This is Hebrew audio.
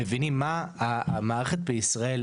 מבינים מה המערכת בישראל,